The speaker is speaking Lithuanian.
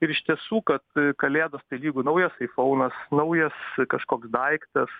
ir iš tiesų kad kalėdos tai lygu naujas aifounas naujas kažkoks daiktas